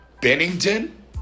Bennington